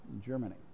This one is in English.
Germany